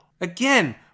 again